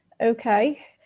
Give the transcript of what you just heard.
Okay